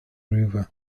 river